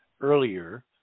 earlier